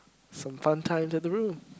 some fun time at the room